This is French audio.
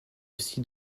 aussi